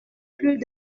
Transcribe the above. plus